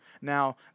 Now